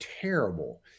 terrible